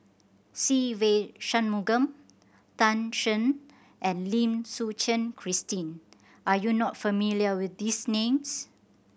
Se Ve Shanmugam Tan Shen and Lim Suchen Christine are you not familiar with these names